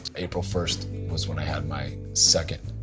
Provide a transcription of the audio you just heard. april first was when i had my second